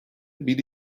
bin